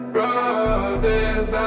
roses